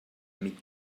amic